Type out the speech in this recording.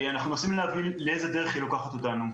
אנחנו מנסים להבין לאיזו דרך היא לוקחת אותנו,